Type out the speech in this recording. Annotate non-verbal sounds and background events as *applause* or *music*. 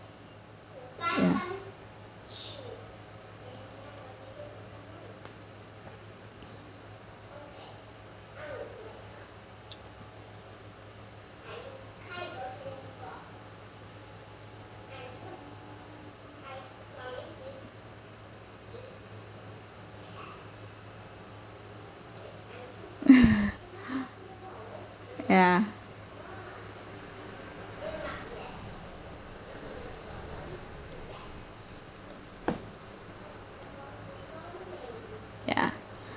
ya *laughs* ya ya